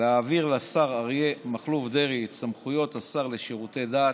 להעביר לשר אריה מכלוף דרעי את סמכויות השר לשירותי דת